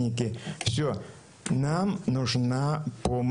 אני לא יודע אם הם הגישו.